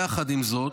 יחד עם זאת,